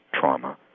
trauma